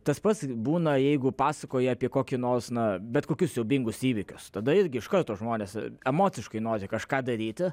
tas pats būna jeigu pasakoja apie kokį nors na bet kokius siaubingus įvykius tada irgi iš karto žmonės emociškai nori kažką daryti